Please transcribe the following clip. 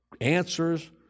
answers